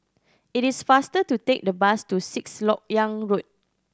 it is faster to take the bus to Sixth Lok Yang Road